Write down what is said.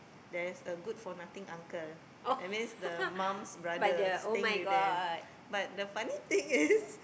there's a good for nothing uncle that means the mum's brother staying with them but the funny thing is